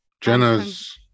Jenna's